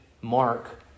mark